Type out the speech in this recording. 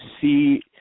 see